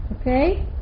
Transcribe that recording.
Okay